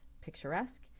picturesque